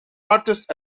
artist